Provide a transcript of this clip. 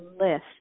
list